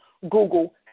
Google